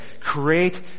create